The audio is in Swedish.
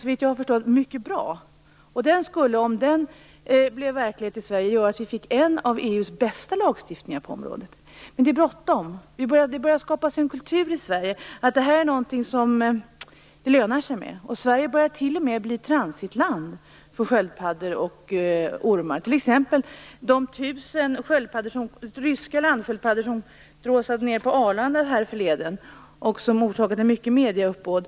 Såvitt jag har förstått är den förordningen mycket bra. Om den blev verklighet i Sverige skulle den göra att vi fick en av EU:s bästa lagstiftningar på området. Men det är bråttom. Det börjar skapas en kultur i Sverige som innebär att detta är något som lönar sig. Sverige börjar t.o.m. att bli ett transitland för sköldpaddor och ormar. Ett exempel är de tusen ryska landsköldpaddor som dråsade ned på Arlanda för en tid sedan och som orsakade ett stort medieuppbåd.